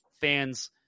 Fans